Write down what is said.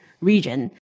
region